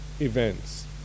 events